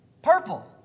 purple